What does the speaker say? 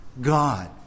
God